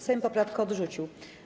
Sejm poprawkę odrzucił.